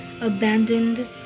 abandoned